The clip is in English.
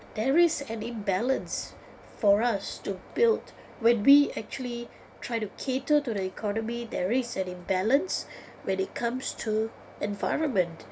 there is an imbalance for us to build when we actually try to cater to the economy there is an imbalance when it comes to environment